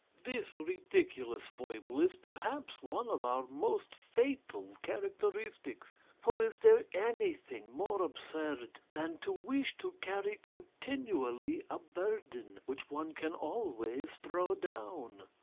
this ridiculous foible is perhaps one of our most fatal characteristics for is there anything more absurd than to wish to carry continually a burden which one can always throw down?